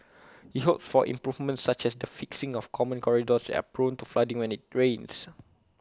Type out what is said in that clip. he hopes for improvements such as the fixing of common corridors that are prone to flooding when IT rains